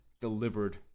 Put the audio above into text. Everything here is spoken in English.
delivered